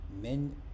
Men